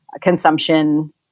consumption